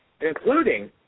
including